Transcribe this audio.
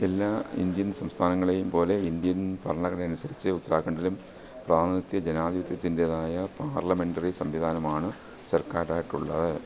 എല്ലാ ഇന്ത്യൻ സംസ്ഥാനങ്ങളെയും പോലെ ഇന്ത്യൻ ഭരണഘടന അനുസരിച്ച് ഉത്തരാഖണ്ഡിലും പ്രാതിനിധ്യ ജനാധിപത്യത്തിന്റേതായ പാർലമെന്ററി സംവിധാനമാണ് സർക്കാർ ആയിട്ടുള്ളത്